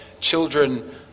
children